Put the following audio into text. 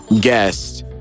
guest